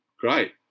great